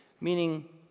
meaning